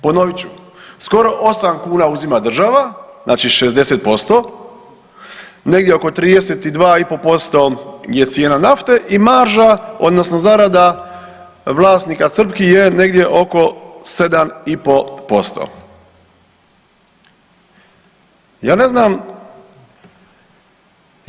Ponovit ću, skoro 8 kn uzima država, znači 60%, negdje oko 32,5% je cijena nafte i marža odnosno zarada vlasnika crpki je negdje oko 7,5%